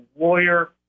lawyer